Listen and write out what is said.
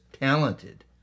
talented